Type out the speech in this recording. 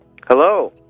Hello